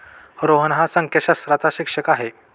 रोहन हा संख्याशास्त्राचा शिक्षक आहे